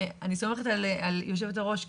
ואני סומכת על יושבת הראש,